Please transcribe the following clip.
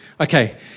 okay